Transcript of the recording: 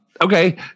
Okay